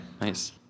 Nice